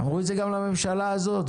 אמרו את זה גם לממשלה הזאת,